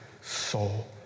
soul